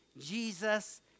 Jesus